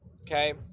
okay